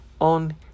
on